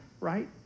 right